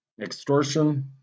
Extortion